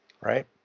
right